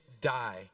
die